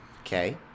Okay